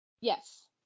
Yes